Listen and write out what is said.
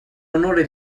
onore